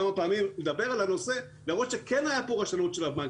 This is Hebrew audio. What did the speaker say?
כן הייתה כאן רשלנות של הבנק.